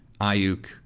Ayuk